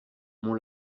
mon